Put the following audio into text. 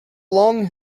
long